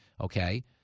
Okay